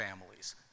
families